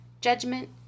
Judgment